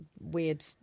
weird